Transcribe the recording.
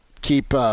keep